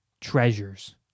treasures